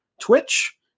Twitch